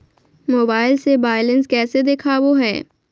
Mobile से balance कैसे देखाबो है?